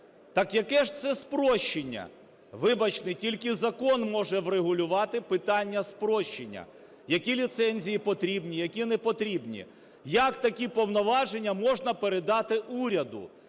Так яке ж це спрощення? Вибачте, тільки закон може врегулювати питання спрощення, які ліцензії потрібні, які не потрібні. Як такі повноваження можна передати уряду,